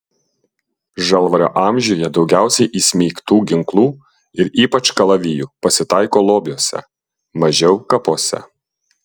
žalvario amžiuje daugiausiai įsmeigtų ginklų ir ypač kalavijų pasitaiko lobiuose mažiau kapuose